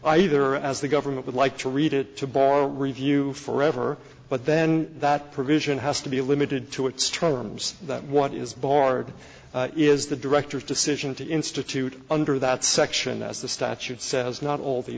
either as the government would like to read it to bar review forever but then that provision has to be limited to its terms that what is barred is the director's decision to institute under that section as the statute says not all the